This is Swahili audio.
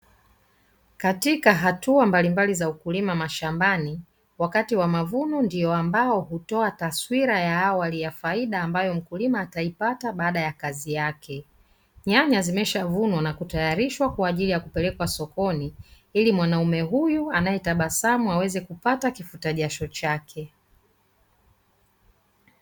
Katika hatua mbalimbali za ukulima mashambani, wakati wa mavuno ndio ambao hutoa taswira ya awali ya faida ambayo, mkulima ataipata baada ya kazi yake. Nyanya zimeshavunwa na kutayarishwa kwa ajili ya kupelekwa sokoni, ili mwanaume huyu anayetabasamu aweze kupata kifutajasho chake.